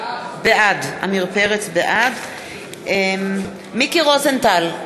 בעד מיקי רוזנטל,